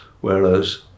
whereas